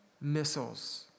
Missiles